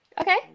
Okay